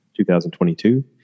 2022